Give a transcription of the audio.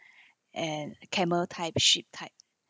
and camel type sheep type